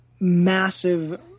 Massive